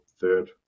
third